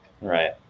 Right